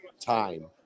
time